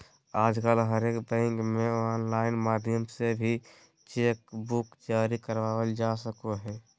आजकल हरेक बैंक मे आनलाइन माध्यम से भी चेक बुक जारी करबावल जा सको हय